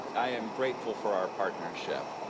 i am grateful for our partnership.